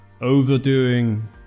Overdoing